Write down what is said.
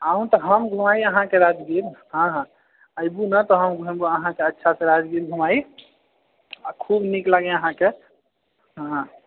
आउ तऽ हम घुमाएब राजगीर हाँ हाँ आबू ने तऽ हम अच्छासँ राजगीर घुमाइ आ खूब नीक लागै अहाँकेँ हाँ